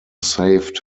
saved